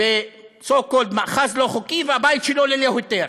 ב-so called מאחז לא חוקי, והבית שלו ללא היתר.